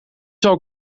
zal